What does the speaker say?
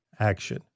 Action